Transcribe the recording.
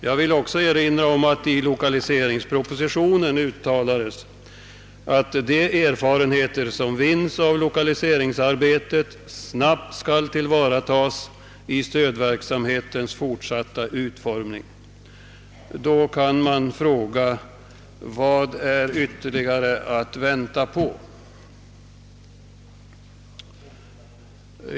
Jag vill också erinra om att det i lokaliseringspropositionen uttalades att de erfarenheter som vinns av lokaliseringsarbetet snabbt skall tillvaratas i stödverksamhetens fortsatta utformning. Man kan då fråga: Vad är att ytterligare vänta på?